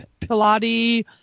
Pilates